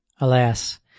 Alas